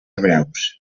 hebreus